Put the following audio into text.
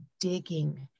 digging